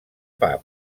pub